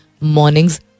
mornings